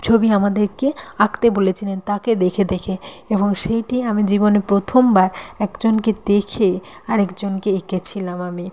ছবি আমাদেরকে আঁকতে বলেছিলেন তাঁকে দেখে দেখে এবং সেইটি আমি জীবনে প্রথমবার একজনকে দেখে আরেকজনকে এঁকেছিলাম আমি